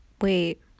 wait